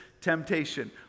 temptation